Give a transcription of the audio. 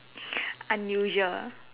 unusual